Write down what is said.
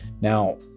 Now